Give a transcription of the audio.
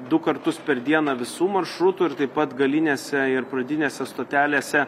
du kartus per dieną visų maršrutų ir taip pat galinėse ir pradinėse stotelėse